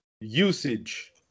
usage